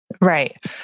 right